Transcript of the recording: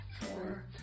Four